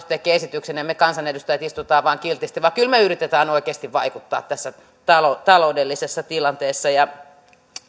tekee esityksen ja me kansanedustajat istumme vain kiltisti vaan kyllä me yritämme oikeasti vaikuttaa tässä taloudellisessa tilanteessa